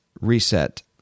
reset